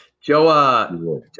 Joe